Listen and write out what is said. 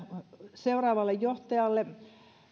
seuraavalle johtajalle